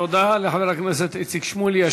תודה לחבר הכנסת איציק שמולי.